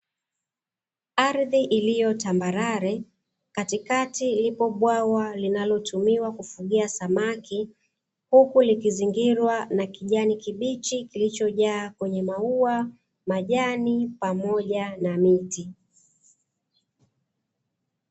Ardhi iliyo tambarare, katikati lipo bwawa linalotumiwa kufugiwa samaki, huku likizingirwa na kijani kibichi kilichojaa kwenye maua, majani pamoja na miti.